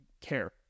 care